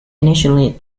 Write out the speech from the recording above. initially